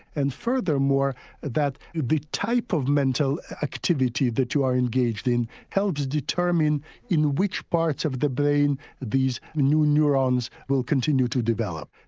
and furthermore that the type of mental activity that you are engaged in helps determine in which parts of the brain these new neurons will continue to develop.